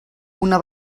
una